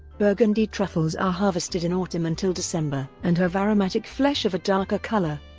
burgundy truffles are harvested in autumn until december and have aromatic flesh of a darker colour.